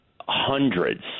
hundreds